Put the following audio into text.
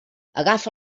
agafa